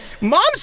Mom's